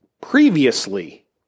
previously